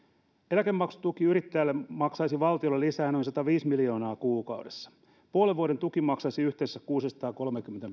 eläkemaksutuki yrittäjälle maksaisi valtiolle lisää noin sataviisi miljoonaa kuukaudessa puolen vuoden tuki maksaisi yhteensä kuusisataakolmekymmentä